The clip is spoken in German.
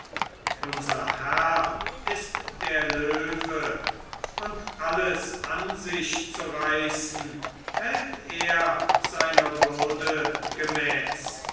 unser herr ist der löwe und alles an sich zu reißen hält er seiner würde gemäß